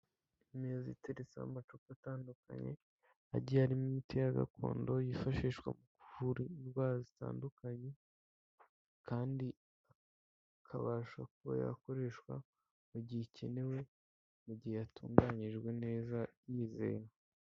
Imeza iteretseho amacupa atandukanye agiye arimo imiti gakondo, yifashishwa kuvura indwara zitandukanye kandi ikabasha kuba yakoreshwa mu gihe ikenewe, mu gihe yatunganyijwe neza yizewe.